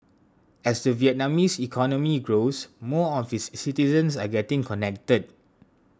as the Vietnamese economy grows more of its citizens are getting connected